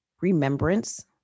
remembrance